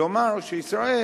לומר שישראל,